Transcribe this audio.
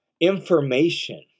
information